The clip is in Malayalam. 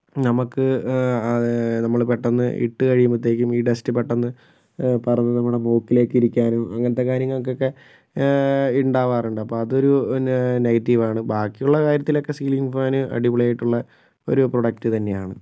നമുക്ക് അത് നമ്മൾ പെട്ടെന്ന് ഇട്ട് കഴിയുമ്പോഴത്തേക്കും ഈ ഡസ്റ്റ് പെട്ടെന്ന് പറന്ന് നമ്മുടെ മൂക്കിലേക്ക് ഇരിക്കാനും അങ്ങനത്തെ കാര്യങ്ങളൊക്കെ ഉണ്ടാകാറുണ്ട് അപ്പം അത് ഒരു നെഗറ്റീവ് ആണ് ബാക്കി ഉള്ള കാര്യത്തിൽ സീലിംഗ് ഫാൻ അടിപൊളി ആയിട്ട് ഉള്ള ഒരു പ്രോഡക്റ്റ് തന്നെയാണ്